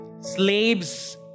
Slaves